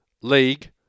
league